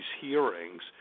hearings